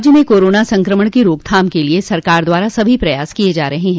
राज्य में कोरोना संक्रमण की रोकथाम के लिये सरकार द्वारा सभी प्रयास किये जा रहे हैं